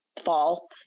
fall